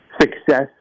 Success